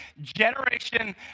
generation